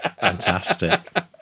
fantastic